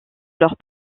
leur